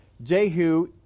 Jehu